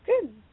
Good